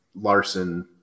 Larson